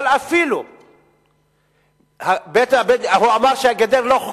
אבל אפילו, הוא אמר שהגדר לא חוקית.